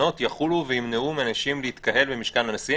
תקנות יחולו וימנעו מאנשים להתקהל במשכן הנשיא.